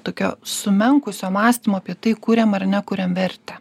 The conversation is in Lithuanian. tokia sumenkusio mąstymo apie tai kuriam ar nekuriam vertę